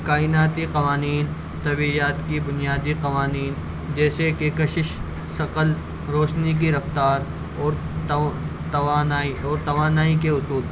کائناتی قوانین طبعیات کی بنیادی قوانین جیسے کہ کشش ثقل روشنی کی رفتار اور توانائی اور توانائی کے اصول